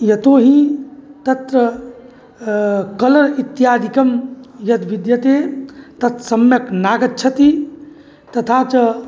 यतोहि तत्र कलर् इत्यादिकं यद् विद्यते तत् सम्यक् नागच्छति तथा च